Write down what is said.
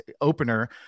opener